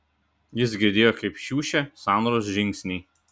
jis girdėjo kaip šiuša sandros žingsniai